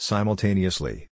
Simultaneously